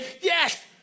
Yes